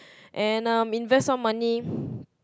and um invest some money